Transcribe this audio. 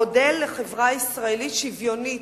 המודל לחברה ישראלית שוויונית,